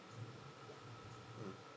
mm